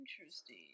Interesting